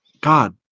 God